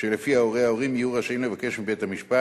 ואשר לפיה הורי ההורים יהיו רשאים לבקש מבית-המשפט